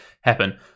happen